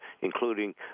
including